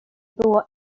było